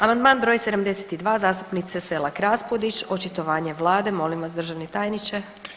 Amandman br. 72 zastupnice Selak Raspudić očitovanje vlade molim vas državni tajniče.